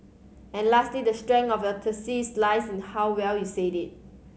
and lastly the strength of your thesis lies in how well you said it